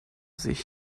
sich